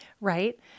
Right